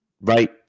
right